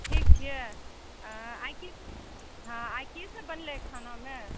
ठीक छियै आइ की सभ बनलै हँ खानामे